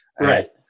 Right